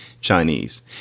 Chinese